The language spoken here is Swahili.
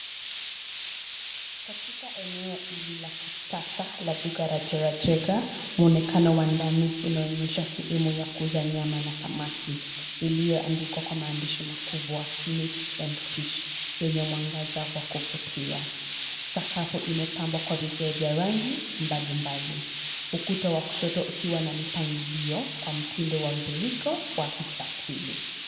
Katika eneo hili la kisasa la duka la jerajega, muonekano wa ndani unaonyesha sehemu ya kuuza nyama na samaki, iliyoandikwa kwa maandishi makubwa meat and fish yenye mwangaza wa kuvutia. Sakafu imepambwa kwa vigae vya rangi mbalimbali. Ukuta wa kushoto ukiwa na mipangilio kwa mtindo wa mviringo wa mstatili.